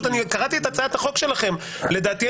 קראתי את הצעת החוק שלכם ולדעתי,